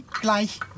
gleich